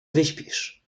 wyśpisz